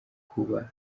kuba